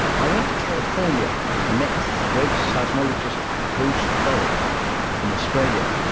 i went to california and met the great seismologist bruce bolt from australia,